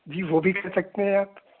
جی وہ بھی لے سکتے ہیں آپ